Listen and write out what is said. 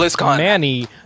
Manny